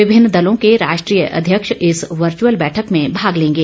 विभिन्न दलों के राष्ट्रीय अध्यक्ष इस वर्चुअल बैठक में भाग लेंगे